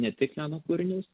ne tik meno kūrinius